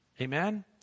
Amen